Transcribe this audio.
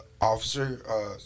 officer